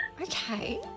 Okay